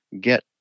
get